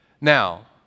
Now